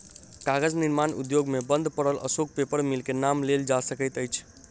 कागज निर्माण उद्योग मे बंद पड़ल अशोक पेपर मिल के नाम लेल जा सकैत अछि